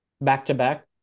back-to-back